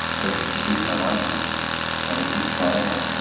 first you see someone and it keeps growing and.